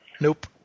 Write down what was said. Nope